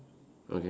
okay